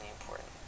important